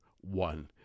one